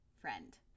friend